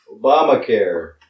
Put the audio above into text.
Obamacare